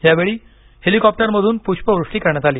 यावेळी हेलीकॉप्टरमधून प्रष्पवृष्टी करण्यात आली